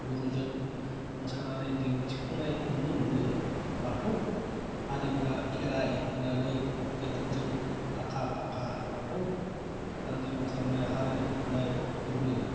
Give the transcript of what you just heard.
गुरुजों मोसानानै दिन्थिफुंनाय नुनो मोनो बाथौ आरिफ्रा खेराय होनानै गेजेरजों आखा फाखा बाथौ दा जों खालामनाय आरो होनाय फोरबो